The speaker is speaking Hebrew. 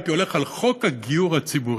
הייתי הולך על חוק הגיור הציבורי,